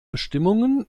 bestimmungen